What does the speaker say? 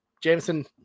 Jameson